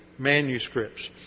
Manuscripts